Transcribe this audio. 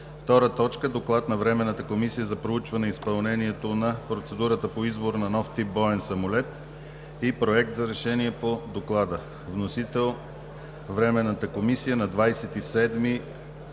2017 г. 2. Доклад на Временната комисия за проучване изпълнението на процедурата по избор на нов тип боен самолет и проект за решение по доклада. Вносител е Временната комисия на 27